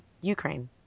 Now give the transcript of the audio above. Ukraine